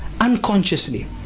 unconsciously